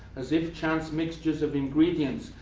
as if chance mixtures of ingredients,